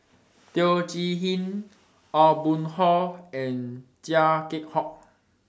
Teo Chee Hean Aw Boon Haw and Chia Keng Hock